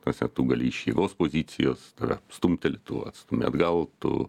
ta prasme tu gali iš jėgos pozicijos tave stumteli tu atstumi atgal tu